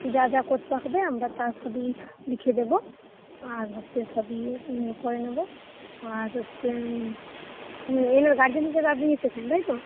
যা যা করতে হবে আমরা তা সবই লিখে দেবো আর হচ্ছে সবই করে নেবো আর হচ্ছে এনার গার্জেন হিসাবে আপনি এসেছেন তাই তো